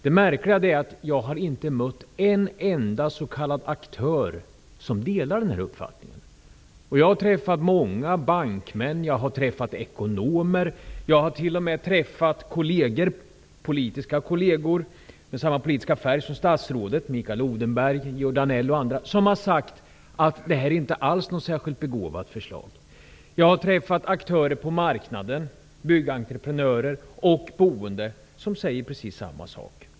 Det märkliga är att jag har inte mött en enda s.k. aktör som delar den uppfattningen. Jag har träffat många bankmän, ekonomer, t.o.m. politiska kolleger med samma politiska färg som statsrådet, t.ex. Mikael Odenberg och Georg Danell, som har sagt att det här inte alls är något särskilt begåvat förslag. Jag har träffat aktörer på marknaden, byggentreprenörer och boende, som säger precis samma sak.